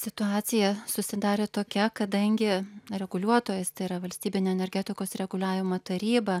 situacija susidarė tokia kadangi reguliuotojas tai yra valstybinė energetikos reguliavimo taryba